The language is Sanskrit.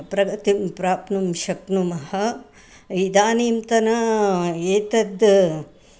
प्रगतिं प्राप्नुं शक्नुमः इदानीन्तना एतद्